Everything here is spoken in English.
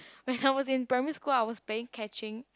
when I was in primary school I was playing catching